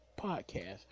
podcast